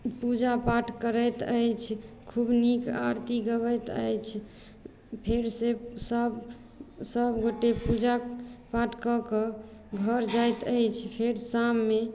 पूजापाठ करैत अछि खूब नीक आरती गबैत अछि फेरसँ सभ सभगोटे पूजापाठ कऽ कऽ घर जाइत अछि फेर शाममे